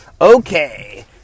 Okay